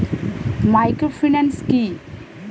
Microfinance কি?